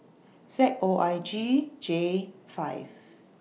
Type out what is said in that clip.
Z O I G J five